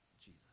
Jesus